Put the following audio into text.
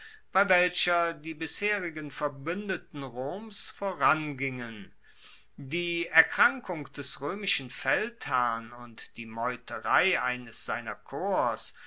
bei welcher die bisherigen verbuendeten roms vorangingen die erkrankung des roemischen feldherrn und die meuterei eines seiner korps